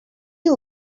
you